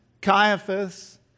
Caiaphas